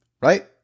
right